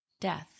Death